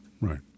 Right